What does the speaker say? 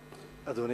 אדוני היושב-ראש,